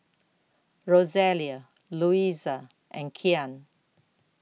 Rosalia Luisa and Kyan